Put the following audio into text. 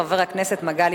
חבר הכנסת מגלי